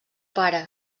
pare